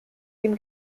dem